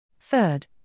Third